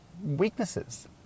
weaknesses